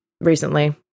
recently